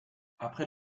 après